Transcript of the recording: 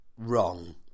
wrong